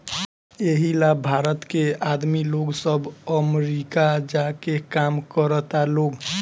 एही ला भारत के आदमी लोग सब अमरीका जा के काम करता लोग